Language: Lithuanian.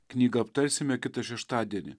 knygą aptarsime kitą šeštadienį